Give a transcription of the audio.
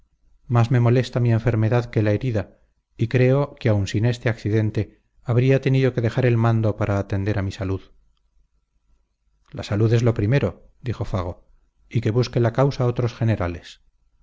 más me molesta mi enfermedad que la herida y creo que aun sin este accidente habría tenido que dejar el mando para atender a mi salud la salud es lo primero dijo fago y que busque la causa otros generales